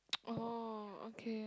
orh oh okay